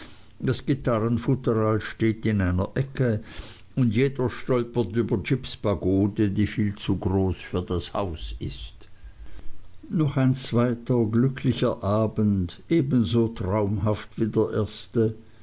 das gitarrenfutteral steht in einer ecke und jeder stolpert über jips pagode die viel zu groß für das haus ist noch ein zweiter glücklicher abend ebenso traumhaft wie der erste